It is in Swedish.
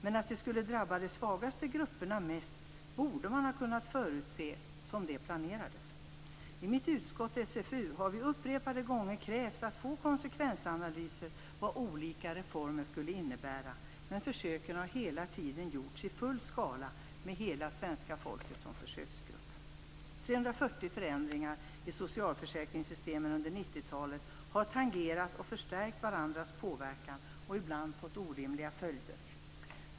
Men att det skulle drabba de svagaste grupperna mest borde man ha kunnat förutse när det planerades. I mitt utskott, socialförsäkringsutskottet, har vi upprepade gånger krävt att få konsekvensanalyser av vad olika reformer skulle innebära. Men försöken har hela tiden gjorts i full skala, med hela svenska folket som försöksgrupp. 340 förändringar i socialförsäkringssystemen under 90-talet har tangerat och förstärkt varandras påverkan och ibland fått orimliga följder.